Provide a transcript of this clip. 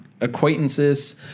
acquaintances